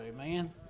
amen